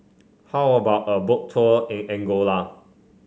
how about a Boat Tour in Angola